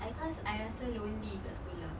ah cause I rasa lonely kat sekolah